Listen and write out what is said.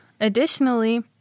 additionally